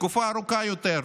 לתקופה ארוכה יותר,